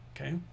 Okay